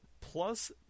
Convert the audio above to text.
plus